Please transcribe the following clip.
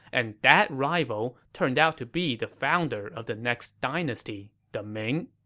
and that rival turned out to be the founder of the next dynasty, the ming.